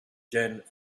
jan